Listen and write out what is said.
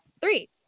Three